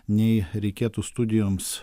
nei reikėtų studijoms